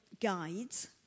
guides